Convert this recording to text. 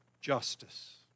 justice